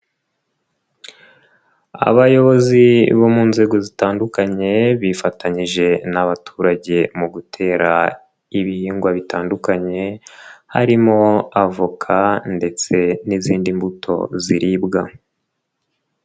Abayobozi bo mu nzego zitandukanye bifatanyije n'abaturage mu gutera ibihingwa bitandukanye harimo avoka ndetse n'izindi mbuto ziribwa.